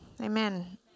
Amen